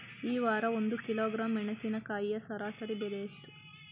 ಈ ವಾರ ಒಂದು ಕಿಲೋಗ್ರಾಂ ಮೆಣಸಿನಕಾಯಿಯ ಸರಾಸರಿ ಬೆಲೆ ಎಷ್ಟು?